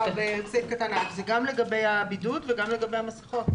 זה גם לגבי הבידוד וגם לגבי המסכות.